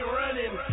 running